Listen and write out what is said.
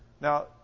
Now